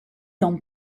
dans